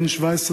בן 17,